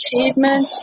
achievement